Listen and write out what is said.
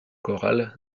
chorales